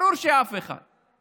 ברור שאף אחד.